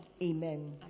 Amen